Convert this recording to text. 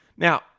Now